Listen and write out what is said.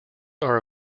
are